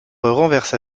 renverse